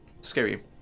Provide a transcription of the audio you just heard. scary